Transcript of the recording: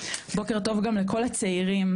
בוקר טוב גם לכל הצעירים,